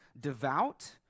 devout